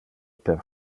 per